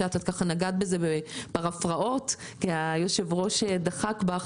נגעת בזה בקצרה כי היושב-ראש דחק בך,